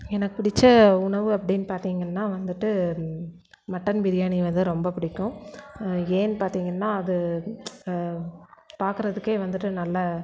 எனக்கு பிடிச்ச உணவு அப்படின்னு பார்த்திங்கன்னா வந்துட்டு மட்டன் பிரியாணி வந்து ரொம்ப பிடிக்கும் ஏன்னு பார்த்திங்கன்னா அது பார்க்குறதுக்கே வந்துட்டு நல்லா